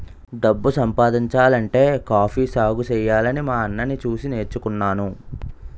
డబ్బు సంపాదించాలంటే కాఫీ సాగుసెయ్యాలని మా అన్నని సూసి నేర్చుకున్నాను